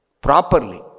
properly